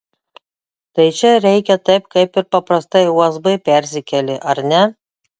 tai čia reikia taip kaip ir paprastai usb persikeli ar ne